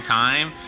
time